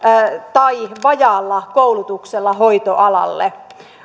tai vajaalla hoitoalan koulutuksella